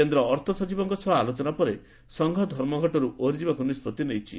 କେନ୍ଦ୍ର ଅର୍ଥସଚିବଙ୍କ ସହ ଆଲୋଚନାପରେ ସଂଘ ଧର୍ମଘଟରୁ ଓହରିଯିବାକୁ ନିଷ୍ବଉି ନେଇଛି